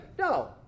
No